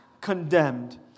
Condemned